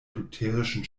lutherischen